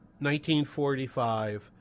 1945